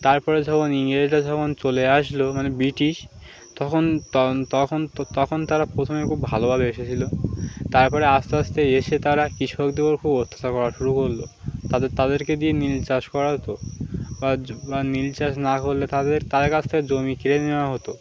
তারপরে যখন ইংরেজি যখন চলে আসলো মানে ব্রিটিশ তখন তখন তখন তারা প্রথমে খুব ভালোভাবে এসেছিল তারপরে আস্তে আস্তে এসে তারা কৃষকদের ওর খুব অত্যাচার করা শুরু করলো তাদের তাদেরকে দিয়ে নীল চাষ করা হতো বা নীল চাষ না করলে তাদের তাদের কাছ থেকে জমি কেড়ে নেওয়া হতো